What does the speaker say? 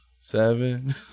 Seven